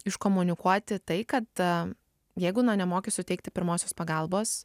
iškomunikuoti tai kad jeigu na nemoki suteikti pirmosios pagalbos